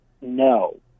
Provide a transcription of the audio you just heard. No